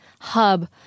hub